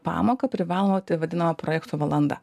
pamoką privalomą tai vadinama projektų valanda